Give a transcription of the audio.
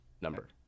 number